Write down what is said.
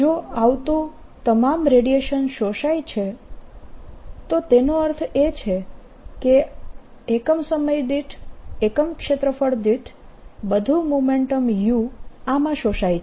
જો આવતું તમામ રેડિયેશન શોષાય છે તો તેનો અર્થ એ છે કે એકમ સમય દીઠ એકમ ક્ષેત્રફળ દીઠ બધું મોમેન્ટમ u આમાં શોષાય છે